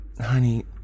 Honey